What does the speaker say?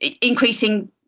increasing